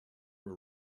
were